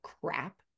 crap